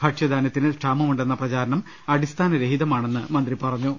ഭക്ഷ്യ ധാന്യത്തിന് ക്ഷാമമുണ്ടെന്ന പ്രചാരണം അടിസ്ഥാനരഹിതമാണെന്നും മന്ത്രി പറഞ്ഞു